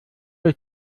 ist